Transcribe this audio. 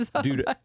Dude